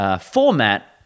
Format